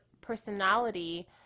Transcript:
personality